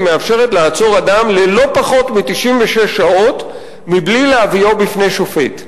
מאפשרת לעצור אדם ללא פחות מ-96 שעות בלי להביאו בפני שופט.